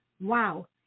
Wow